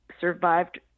survived